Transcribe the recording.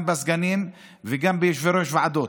בסגנים וגם ביושבי-ראש ועדות,